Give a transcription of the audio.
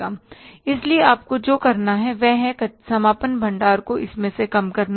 iइसलिए आपको जो करना है वह है समापन भंडार को इसमें से कम करना